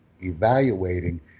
evaluating